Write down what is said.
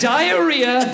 diarrhea